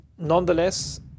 Nonetheless